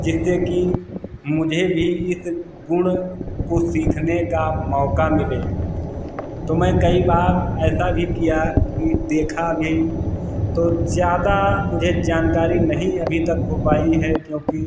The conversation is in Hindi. जिससे की मुझे भी इस गुण को सीखने का मौका मिले तो मैं कई बार ऐसा भी किया कि देखा भी तो ज़्यादा मुझे जानकारी नहीं अभी तक हो पाई है क्योंकि